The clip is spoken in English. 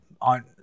on